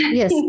yes